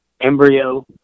embryo